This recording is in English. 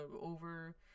over